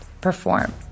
perform